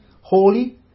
holy